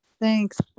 Thanks